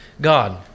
God